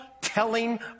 telling